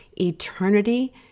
Eternity